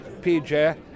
PJ